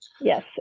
Yes